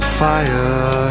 fire